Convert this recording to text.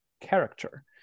character